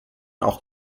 auch